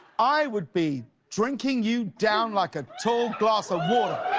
i would be drinking you down like a tall glass of water!